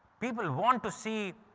people want to see,